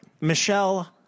michelle